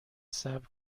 صبر